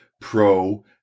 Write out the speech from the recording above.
pro